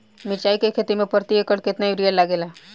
मिरचाई के खेती मे प्रति एकड़ केतना यूरिया लागे ला?